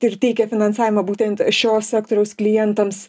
ir teikia finansavimą būtent šio sektoriaus klientams